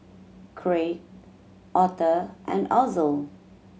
Craig Arthur and Ozell